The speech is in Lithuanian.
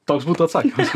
toks būtų atsakymas